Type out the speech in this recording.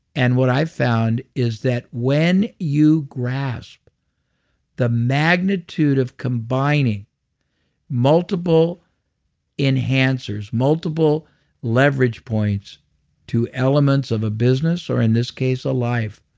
and what i found is that when you grasp the magnitude of combining multiple enhancers, multiple leverage points to elements of a business or in this case a life,